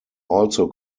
also